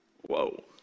Whoa